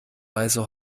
weiße